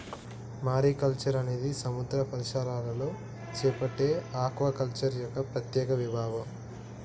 mariculture అనేది సముద్ర పరిసరాలలో చేపట్టే ఆక్వాకల్చర్ యొక్క ప్రత్యేక విభాగం